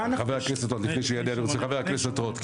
לפני שיענה, חבר הכנסת רוט.